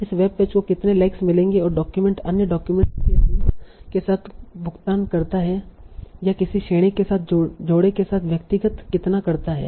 इस web page को कितने लाइक मिलेंगे और डॉक्यूमेंट अन्य डाक्यूमेंट्स के लिंक के साथ भुगतान करता है या किसी श्रेणी के साथ जोड़े के साथ व्यक्तिगत कितना करता है